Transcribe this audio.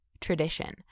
tradition